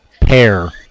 pair